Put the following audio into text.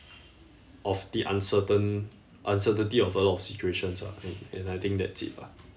of the uncertain~ uncertainty of a lot of situations lah and and I think that's it lah